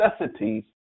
necessities